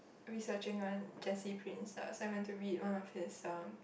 researching on Jessy-Prince ah so I went to read one of his um